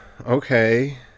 okay